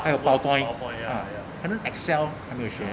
还有 powerpoint 可能 excel 还没有学